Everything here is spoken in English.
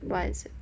what